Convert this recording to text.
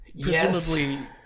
Presumably